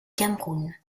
cameroun